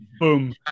Boom